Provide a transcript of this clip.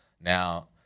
Now